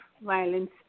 violence